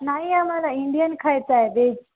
नाही आम्हाला इंडियन खायचं आहे व्हेज